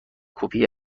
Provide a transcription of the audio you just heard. کپی